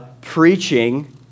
preaching